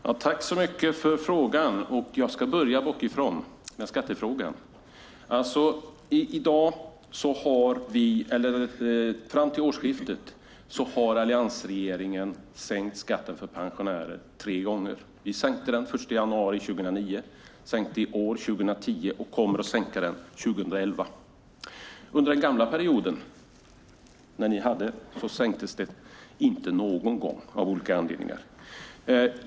Fru talman! Tack för frågorna. Jag börjar med den sista, skattefrågan. Fram till årsskiftet har alliansregeringen sänkt skatten för pensionärer tre gånger. Vi sänkte skatten den 1 januari 2009, vi sänkte den i år, 2010, och vi kommer att sänka den 2011. När ni hade regeringsmakten, under den gamla perioden, sänktes den inte någon gång av olika anledningar.